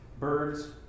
Birds